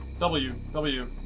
w. w.